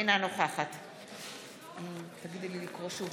אינה נוכחת נא לקרוא שוב